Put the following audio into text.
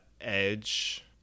edge